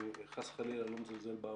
אני חס וחלילה לא מזלזל בעבודה.